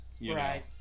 Right